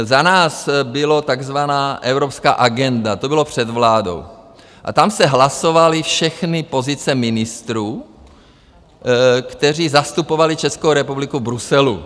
Za nás byla takzvaná evropská agenda, to bylo před vládou, a tam se hlasovaly všechny pozice ministrů, kteří zastupovali Českou republiku v Bruselu.